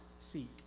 seek